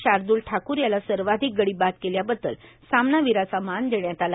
शार्दूल ठाकूर याला सर्वाधिक गडी बाद केल्याबद्दल सामनावीराचा मान देण्यात आला